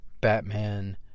Batman